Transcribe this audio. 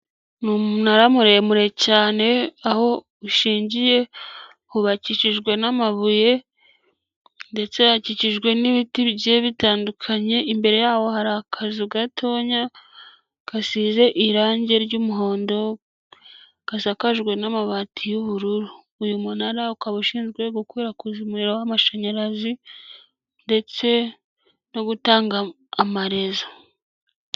Ni umunara muremure cyane aho ushingiye hubakishijwe n'amabuye ndetse akikijwe n'ibiti bigiye bitandukanye, imbere yawo hari akazu gatoya gasize irangi ry'umuhondo gasakajwe n'amabati y'ubururu. Uyu munara ukaba ushinzwe gukwirakwiza umuriro w'amashanyarazi ndetse no gutanga amarezo.